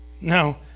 Now